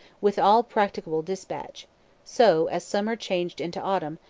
with all practicable dispatch so, as summer changed into autumn,